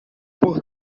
por